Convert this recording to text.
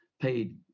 paid